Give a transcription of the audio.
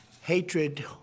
Hatred